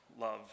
love